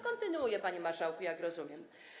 Kontynuuję, panie marszałku, jak rozumiem.